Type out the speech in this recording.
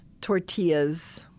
tortillas